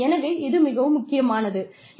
எனவே இது மிகவும் முக்கியமானது